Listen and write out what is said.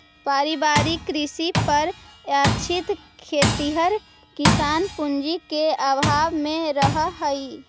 पारिवारिक कृषि पर आश्रित खेतिहर किसान पूँजी के अभाव में रहऽ हइ